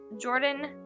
Jordan